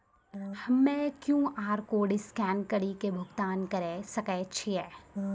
हम्मय QR code scan कड़ी के भुगतान करें सकय छियै?